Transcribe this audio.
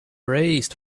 raised